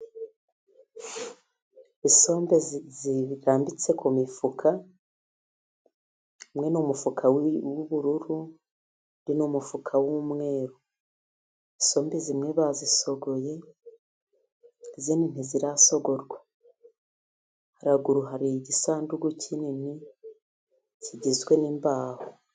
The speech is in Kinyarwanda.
Isombe zirambitse ku mifuka. Hamwe ni umufuka w'ubururu, undi ni umufuka w'umweru. Isombe zimwe bazisogoye, izindi ntizirasogorwa. Haruguru hari igisanduku kinini kigizwe n'imbaho.